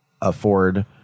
afford